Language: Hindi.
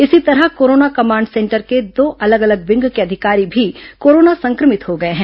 इसी तरह कोरोना कमांड सेंटर के दो अलग अलग विंग के अधिकारी भी कोरोना संक्रमित हो गए हैं